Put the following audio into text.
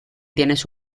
tienes